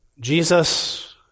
Jesus